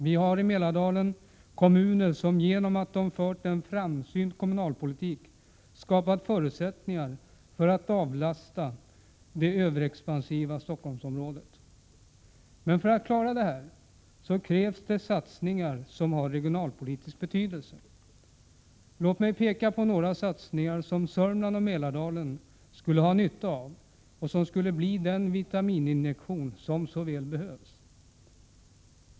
Vi har i Mälardalen kommuner som genom att de har fört en framsynt kommunalpolitik skapat förutsättningar för att avlasta det överexpansiva Stockholmsområdet. Men för att klara detta krävs regionalpolitiska satsningar av betydelse. Låt mig peka på några satsningar som Södermanland och Mälardalen skulle ha nytta av och som skulle bli den vitamininjektion som så väl behövs.